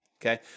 okay